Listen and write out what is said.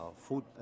food